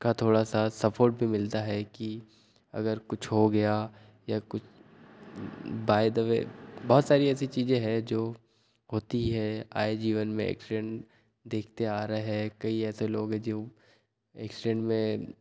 का थोड़ा सा सपोर्ट भी मिलता है कि अगर कुछ हो गया या कुछ बाय द वे बहुत सारी ऐसी चीज़ें है जो होती है आए जीवन में एक्सडेंट देखते आ रहें है कई ऐसे लोग है जो एक्सडेंट में